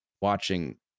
watching